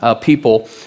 people